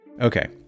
Okay